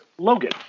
Logan